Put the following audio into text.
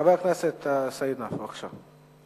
חבר הכנסת סעיד נפאע, בבקשה.